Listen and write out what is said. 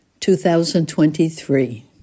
2023